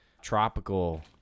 tropical